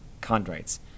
chondrites